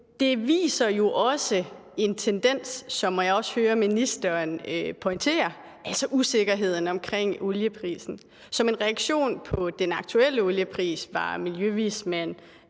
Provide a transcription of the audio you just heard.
det viser jo også en tendens, som jeg også hører ministeren pointere, nemlig usikkerheden omkring olieprisen. Som reaktion på den aktuelle oliepris var miljøvismand